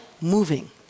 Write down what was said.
moving